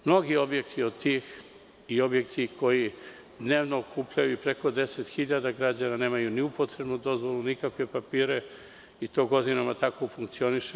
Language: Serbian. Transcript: Mnogi objekti od tih i objekti koji dnevno okupljaju preko 10.000 građana nemaju ni upotrebnu dozvolu, nikakve papire i to godinama tako funkcioniše.